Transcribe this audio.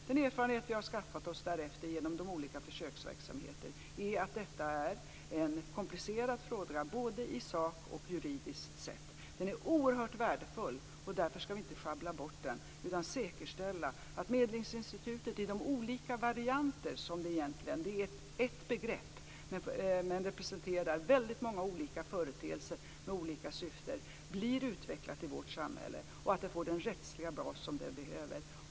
Den erfarenhet vi har skaffat oss därefter genom olika försöksverksamheter är att detta är en komplicerad fråga, både i sak och juridiskt sett. Den är oerhört värdefull, och därför ska vi inte schabbla bort den utan säkerställa att medlingsinstitutet i de olika varianter som finns - det är ett begrepp men representerar många olika företeelser med olika syften - blir utvecklat i vårt samhälle och att det får den rättsliga bas som det behöver.